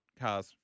cars